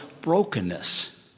brokenness